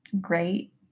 great